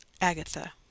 Agatha